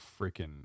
freaking